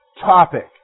topic